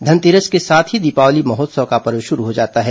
धनतेरस के साथ ही दीपावली महोत्सव का पर्व शुरू हो जाता है